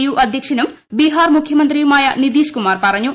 U അധൃക്ഷനും ബിഹാർ മുഖൃമന്ത്രിയുമായ നിതീഷ് കുമാർ പറഞ്ഞു